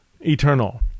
eternal